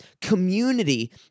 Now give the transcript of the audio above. community